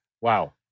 Wow